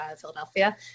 Philadelphia